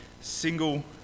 single